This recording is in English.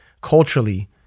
culturally